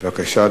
בבקשה,